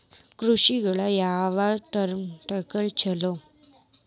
ಕೃಷಿಗ ಯಾವ ಟ್ರ್ಯಾಕ್ಟರ್ ಛಲೋ?